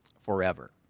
Forever